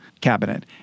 cabinet